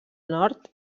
nord